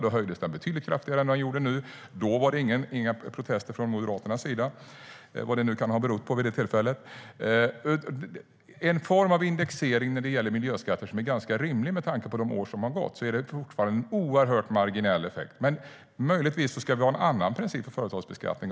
Då höjdes den betydligt kraftigare än vad man gör nu. Då var det inga protester från Moderaternas sida, vad det nu kan ha berott på vid det tillfället. Det är en form av indexering vad gäller miljöskatter som är ganska rimlig med tanke på de år som har gått. Men det är fortfarande en oerhört marginell effekt. Möjligtvis ska vi ha en annan princip för företagsbeskattning.